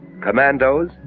commandos